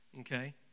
Okay